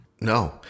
No